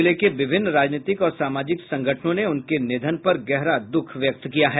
जिले के विभिन्न राजनीतिक और सामाजिक संगठनों ने उनके निधन पर गहरा दुःख व्यक्त किया है